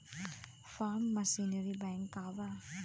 Form machinery bank का बा?